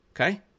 Okay